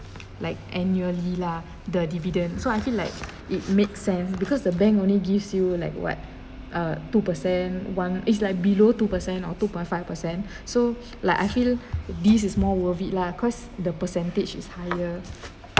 like annually lah the dividend so I feel like it makes sense because the bank only gives you like what uh two percent one is like below two percent or two point five percent so like I feel this is more worth it lah cause the percentage is higher